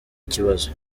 ikibazo